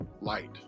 light